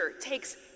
takes